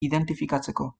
identifikatzeko